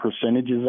percentages